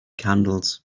candles